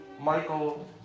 Michael